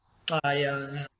ah ya